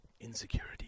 insecurity